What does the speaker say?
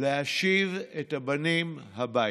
להשיב את הבנים הביתה.